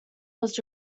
was